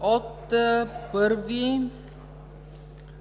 от 1